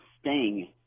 Sting